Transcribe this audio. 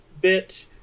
bit